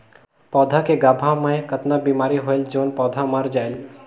पौधा के गाभा मै कतना बिमारी होयल जोन पौधा मर जायेल?